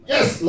Yes